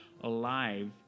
alive